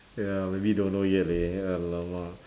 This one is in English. ya really don't know yet leh !alamak!